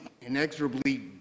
inexorably